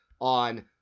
on